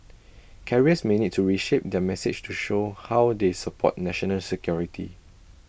carriers may need to reshape their message to show how they support national security